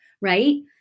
right